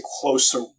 closer